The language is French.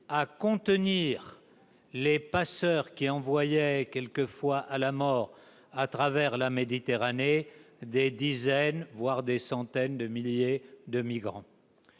à contenir les passeurs envoyant parfois à la mort à travers la Méditerranée des dizaines, voire des centaines, de milliers de migrants.